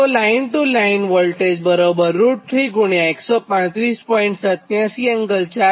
તેથી line to line sending end voltage √3135